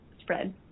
spread